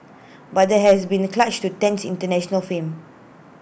but there has been A clutch to Tan's International fame